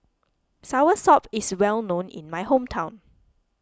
Soursop is well known in my hometown